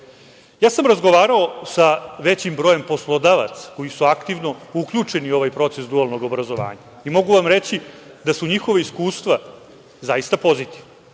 sam razgovarao sa većim brojem poslodavaca koji su aktivno uključeni u ovaj proces dualnog obrazovanja. Mogu vam reći da su njihova iskustva zaista pozitivna.